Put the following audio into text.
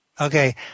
Okay